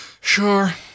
Sure